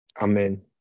Amen